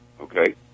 Okay